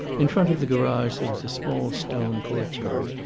in front of the garage there was a small stone courtyard,